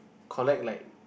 collect like